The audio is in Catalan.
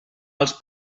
als